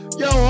yo